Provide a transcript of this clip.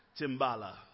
Timbala